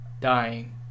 dying